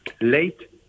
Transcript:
late